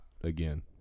again